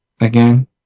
again